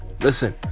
Listen